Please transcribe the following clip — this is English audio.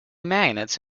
magnets